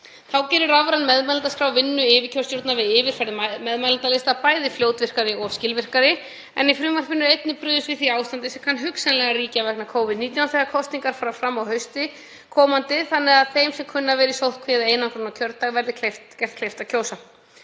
Þá gerir rafræn meðmælendaskrá vinnu yfirkjörstjórnar við yfirferð meðmælendalista bæði fljótvirkari og skilvirkari en í frumvarpinu er einnig brugðist við því ástandi sem kann hugsanlega að ríkja vegna Covid-19 þegar kosningar fara fram á hausti komandi þannig að þeim sem kunna að vera í sóttkví eða einangrun á kjördag verði gert kleift að kjósa.